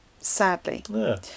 sadly